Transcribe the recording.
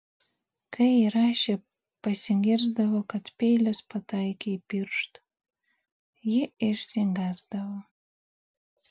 kai įraše pasigirsdavo kad peilis pataikė į pirštą ji išsigąsdavo